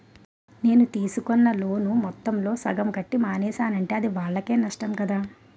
నేను తీసుకున్న లోను మొత్తంలో సగం కట్టి మానేసానంటే అది వాళ్ళకే నష్టం కదా